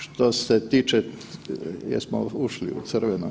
Što se tiče, jesmo ušli u crveno?